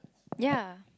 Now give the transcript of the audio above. ya